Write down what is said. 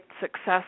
success